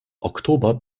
oktober